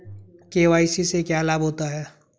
KYC से क्या लाभ होता है?